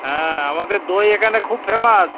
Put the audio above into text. হ্যাঁ আমাদের দই এখানে খুব ফেমাস